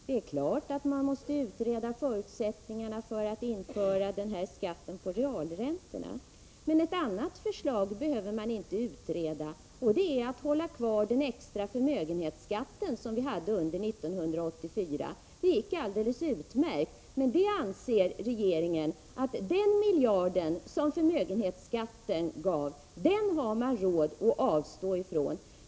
Det är klart att man måste utreda förutsättningarna för att införa en skatt på realräntor, men ett annat förslag behöver man inte utreda, nämligen att hålla kvar den extra förmögenhetsskatt som vi hade under 1984. Det gick alldeles utmärkt. Den miljard som förmögenhetsskatten gav anser regeringen att man har råd att avstå från.